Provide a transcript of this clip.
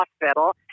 Hospital